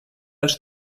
els